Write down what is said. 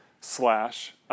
slash